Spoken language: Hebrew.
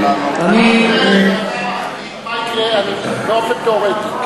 מה יקרה באופן תיאורטי,